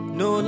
no